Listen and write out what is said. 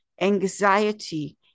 anxiety